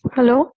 Hello